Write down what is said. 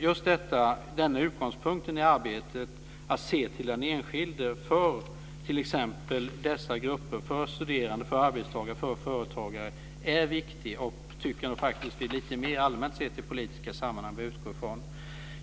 Just denna utgångspunkt i arbetet, att se till den enskilde i t.ex. dessa grupper, studerande, arbetstagare och företagare, är viktig och tycker jag nog faktiskt att vi lite mer allmänt sett i politiska sammanhang bör utgå från.